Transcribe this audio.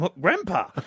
Grandpa